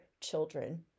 children